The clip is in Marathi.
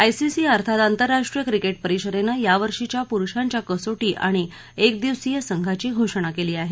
आयसीसी अर्थात आंतरराष्ट्रीय क्रिकेट परिषदेनं यावर्षीच्या पुरुषांच्या कसोटी आणि एकदिवसीय संघांची घोषणा केली आहे